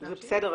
זה בסדר,